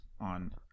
on